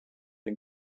den